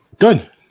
Good